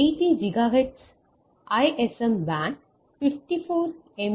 80 gigahertz ISM பேண்டில் 54 M